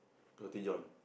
Roti John